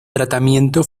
tratamiento